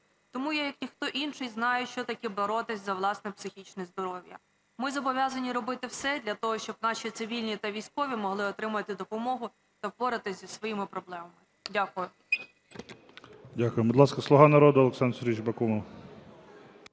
Тому я, як ніхто інший, знаю, що таке боротись за власне психічне здоров'я. Ми зобов'язані робити все для того, щоб наші цивільні та військові могли отримувати допомогу та впоратись зі своїми проблемами. Дякую. ГОЛОВУЮЧИЙ. Дякую. Будь ласка, "Слуга народу" Олександр Сергійович Бакумов.